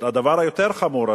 הדבר היותר חמור,